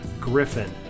Griffin